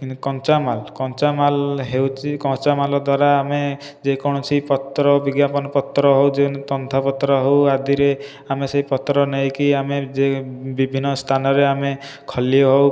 ହେନ୍ତି କଞ୍ଚାମାଲ କଞ୍ଚାମାଲ ହେଉଛି କଞ୍ଚାମାଲ ଦ୍ୱାରା ଆମେ ଯେକୌଣସି ପତ୍ର ବିଜ୍ଞାପନ ପତ୍ର ହେଉ ଯେମିତି ତନ୍ଥା ପତ୍ର ହେଉ ଆଦିରେ ଆମେ ସେ ପତ୍ର ନେଇକି ଆମେ ଯେ ବିଭିନ୍ନ ସ୍ଥାନରେ ଆମେ ଖଲି ହେଉ